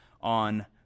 on